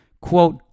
quote